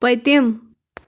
پٔتِم